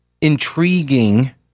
intriguing